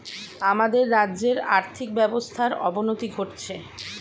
আমাদের রাজ্যের আর্থিক ব্যবস্থার অবনতি ঘটছে